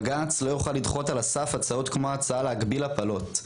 בג"צ לא יוכל לדחות על הסף הצעות כמו הצעה להגביל הפלות,